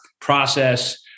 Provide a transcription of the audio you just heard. process